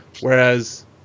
Whereas